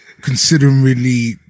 considerably